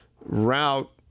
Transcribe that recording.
route